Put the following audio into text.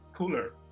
cooler